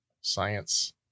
science